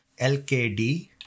LKD